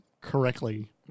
correctly